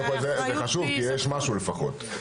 זה חשוב כי יש משהו לפחות.